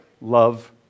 love